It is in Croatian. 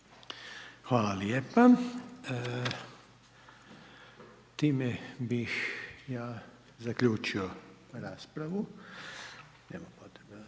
Hvala lijepa. Time bih ja zaključio raspravu o ovoj točci,